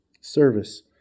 Service